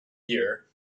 year